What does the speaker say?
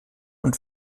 und